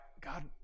God